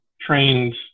trained